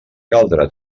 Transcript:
caldrà